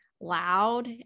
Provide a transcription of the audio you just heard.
loud